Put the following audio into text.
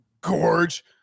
gorge